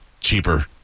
cheaper